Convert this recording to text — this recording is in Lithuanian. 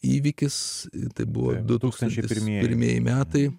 įvykis tai buvo du tūkstančiai pirmieji pirmieji metai